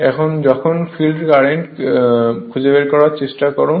সুতরাং যখন আসলে ফিল্ড কারেন্ট কী তা খুঁজে বের করার চেষ্টা করুন